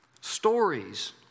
stories